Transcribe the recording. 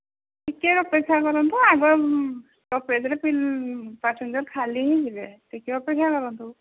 ଟିକେ ଅପେକ୍ଷା କରନ୍ତୁ ଆଗ ଷ୍ଟପେଜ୍ରେ ପାସେଞ୍ଜର ଖାଲି ହୋଇଯିବେ ଟିକେ ଅପେକ୍ଷା କରନ୍ତୁ